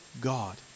God